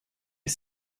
est